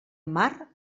mar